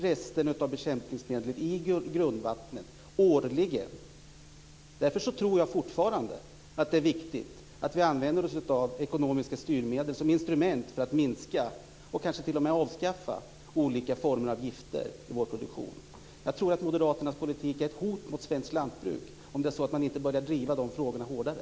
Resterna av bekämpningsmedel i grundvattnet ökar årligen. Därför tror jag fortfarande att det är viktigt att vi använder oss av ekonomiska styrmedel som instrument för att minska och kanske t.o.m. avskaffa olika former av gifter i vår produktion. Jag tror att Moderaternas politik är ett hot mot svenskt lantbruk om man inte börjar driva de frågorna hårdare.